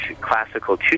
classical